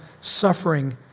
suffering